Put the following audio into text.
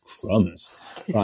crumbs